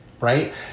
right